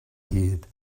hid